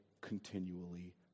continually